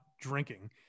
drinking